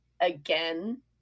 Again